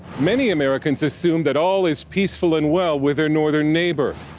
many americans assume that all is peaceful and well with their northern neighbor,